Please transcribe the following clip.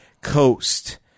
coast